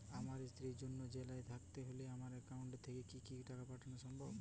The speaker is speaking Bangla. আমার স্ত্রী অন্য জেলায় থাকলে আমার অ্যাকাউন্ট থেকে কি তাকে টাকা পাঠানো সম্ভব?